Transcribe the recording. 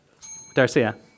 Darcia